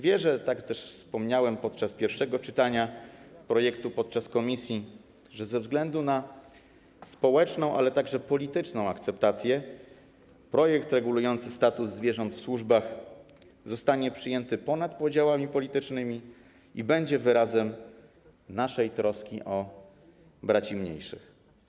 Wierzę, tak jak wspomniałem podczas pierwszego czytania projektu w czasie prac komisji, że ze względu na społeczną, ale także polityczną akceptację projekt regulujący status zwierząt w służbach zostanie przyjęty ponad podziałami politycznymi i będzie wyrazem naszej troski o braci mniejszych.